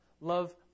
Love